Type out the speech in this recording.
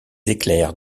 éclairs